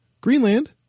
Greenland